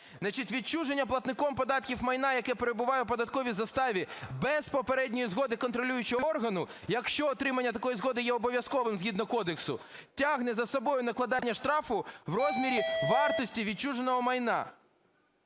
"Відчуження платником податків майна, яке перебуває у податковій заставі без попередньої згоди контролюючого органу, якщо отримання такої згоди є обов'язковим, згідно кодексу, тягне за собою накладання штрафу в розмірі вартості відчуженого майна".